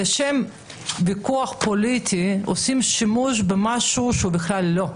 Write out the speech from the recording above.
עצבן אותי שלשם ויכוח פוליטי עושים שימוש במשהו שהוא בכלל לא.